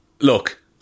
look